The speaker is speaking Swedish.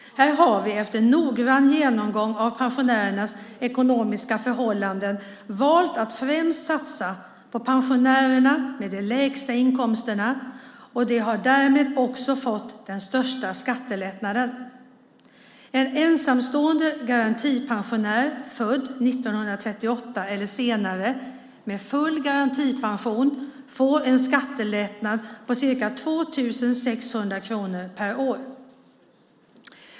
Här har vi efter en noggrann genomgång av pensionärernas ekonomiska förhållanden valt att främst satsa på pensionärer med de lägsta inkomsterna. De har därmed också fått den största skattelättnaden. En ensamstående garantipensionär, född 1938 eller senare, med full garantipension får en skattelättnad på ca 2 600 kronor per år.